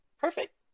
perfect